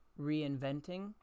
reinventing